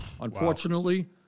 Unfortunately